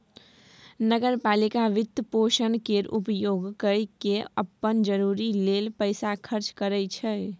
नगर पालिका वित्तपोषण केर उपयोग कय केँ अप्पन जरूरी लेल पैसा खर्चा करै छै